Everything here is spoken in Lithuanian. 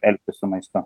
elgtis su maistu